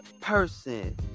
person